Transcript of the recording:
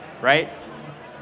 Right